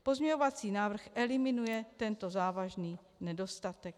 Pozměňovací návrh eliminuje tento závažný nedostatek.